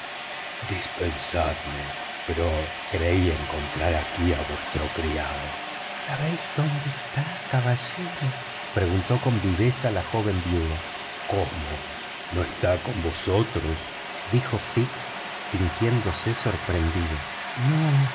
dispensadme pero creí encontrar aquí a vuestro criado sabéis dónde está caballero preguntó con viveza la joven viuda cómo no está con vosotros dijo fix fingiéndose sorprendido no